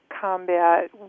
combat